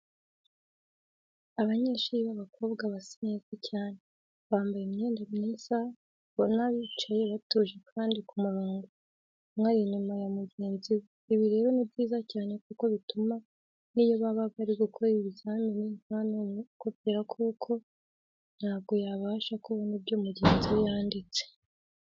Abanyeshuri babakobwa basa neza cyane, bambaye imyenda myiza, ubona bicaye batuje bari ku murongo, umwe ari inyuma ya mugenzi we, ibi rero ni byiza cyane kuko bituma niyo baba bari gukora ibizamini nta numwe ukopera kuko ntabwo yabasha kubona ibyo mugenzi we yanditse.